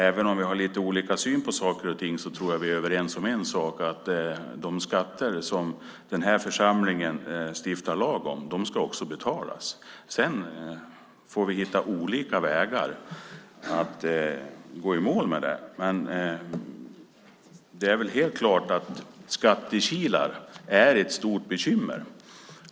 Även om vi har lite olika syn på saker och ting tror jag att vi är överens om en sak, nämligen att de skatter som den här församlingen stiftar lag om också ska betalas. Sedan får vi hitta olika vägar för att gå i mål med det. Men det är väl helt klart att skattekilar är ett stort bekymmer.